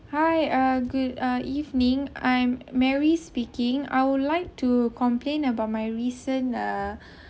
hi uh good ah evening I'm mary speaking I would like to complain about my recent